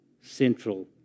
central